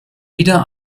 wieder